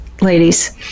ladies